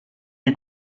est